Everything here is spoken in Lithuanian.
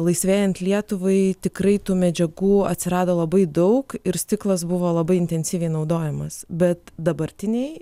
laisvėjant lietuvai tikrai tų medžiagų atsirado labai daug ir stiklas buvo labai intensyviai naudojamas bet dabartinėj